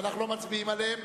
ואנחנו לא מצביעים עליהם.